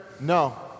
No